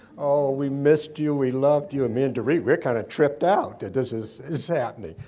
oh, we missed you, we loved you. and me and dorit, we're kind of tripped out that this is is happening.